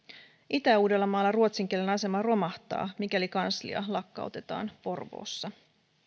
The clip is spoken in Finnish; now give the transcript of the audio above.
itä uudellamaalla ruotsin kielen asema romahtaa mikäli kanslia lakkautetaan porvoossa